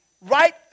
right